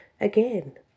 Again